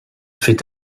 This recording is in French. fait